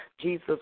Jesus